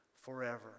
Forever